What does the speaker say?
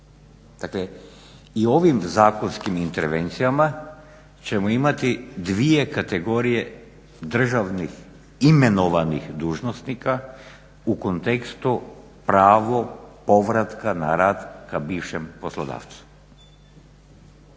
i ovim zakonskim intervencijama ćemo imati dvije kategorije državnih, imenovanih dužnosnika u kontekstu pravo povratka na rad ka bivšem poslodavcu.